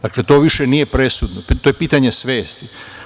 Dakle to više nije presudno, to je pitanje svesti.